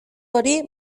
hori